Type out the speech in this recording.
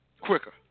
quicker